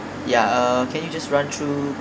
ya uh can you just run through